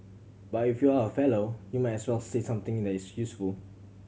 but if you are a Fellow you might as well say something that is useful